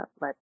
let